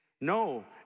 No